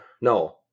No